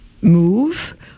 Move